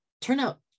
turnout